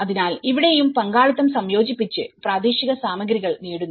അതിനാൽ ഇവിടെയും പങ്കാളിത്തം സംയോജിപ്പിച്ച് പ്രാദേശിക സാമഗ്രികൾ നേടുന്നു